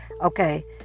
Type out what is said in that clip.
Okay